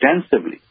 extensively